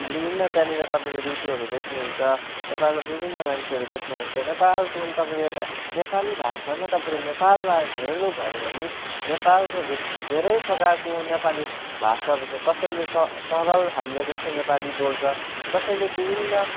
विभिन्न त्यहाँनिर तपाईँले ऋतुहरू देख्नुहुन्छ नेपालमा विभिन्न मान्छेहरू देख्नुहुन्छ नेपाल पुग्नु तपाईँले एउटा नेपाली भाषामा तपाईँले नेपाललाई हेर्नुभयो भने नेपालको भित्र धेरै प्रकारको नेपाली भाषा बोल्छन् कसैले सरल हामीले जस्तै नेपाली बोल्छ कसैले विभिन्न